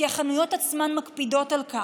כי החנויות עצמן מקפידות על כך,